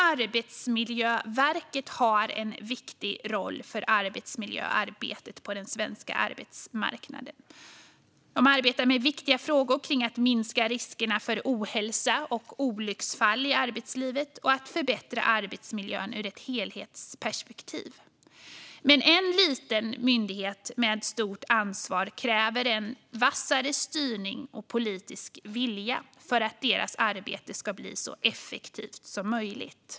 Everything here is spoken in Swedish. Arbetsmiljöverket har en viktig roll för arbetsmiljöarbetet på den svenska arbetsmarknaden. Verket arbetar med viktiga frågor kring att minska riskerna för ohälsa och olycksfall i arbetslivet samt att förbättra arbetsmiljön ur ett helhetsperspektiv. Men en liten myndighet med ett stort ansvar kräver en vassare styrning och politisk vilja för att arbetet ska bli så effektivt som möjligt.